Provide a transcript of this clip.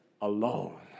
alone